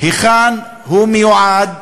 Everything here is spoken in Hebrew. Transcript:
לאן הוא מיועד,